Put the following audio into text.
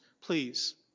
please